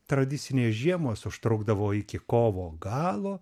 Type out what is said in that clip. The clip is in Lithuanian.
tradicinės žiemos užtrukdavo iki kovo galo